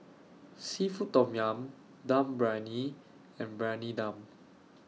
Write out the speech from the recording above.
Seafood Tom Yum Dum Briyani and Briyani Dum